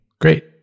Great